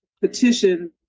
petition